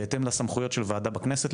בהתאם לסמכויות של וועדה בכנסת,